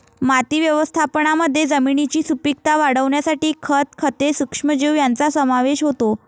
माती व्यवस्थापनामध्ये जमिनीची सुपीकता वाढवण्यासाठी खत, खते, सूक्ष्मजीव यांचा समावेश होतो